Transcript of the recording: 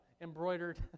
embroidered